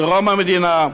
בדרום המדינה.